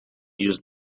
use